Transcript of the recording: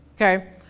okay